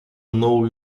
know